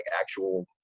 actual